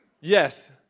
Yes